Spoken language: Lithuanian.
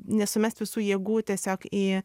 nesumest visų jėgų tiesiog į